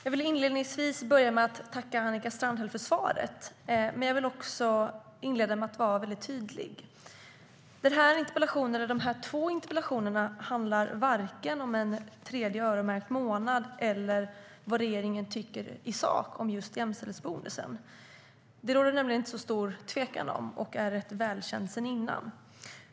Herr talman! Jag vill inleda med att tacka Annika Strandhäll för svaret men också med att vara tydlig. Den här interpellationen, eller de här två interpellationerna, handlar varken om en tredje öronmärkt månad eller om vad regeringen tycker i sak om jämställdhetsbonusen. Det råder det nämligen inte så stort tvivel om; det är rätt välkänt sedan tidigare.